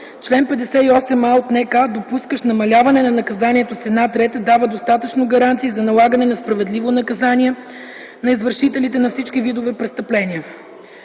чл. 58а от НК, допускащ намаляване на наказанието с една трета, дава достатъчно гаранции за налагането на справедливо наказание на извършителите на всички видове престъпления.